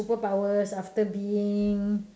superpowers after being